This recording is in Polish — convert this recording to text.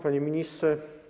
Panie Ministrze!